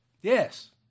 Yes